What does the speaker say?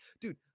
dude